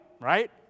right